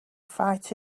fight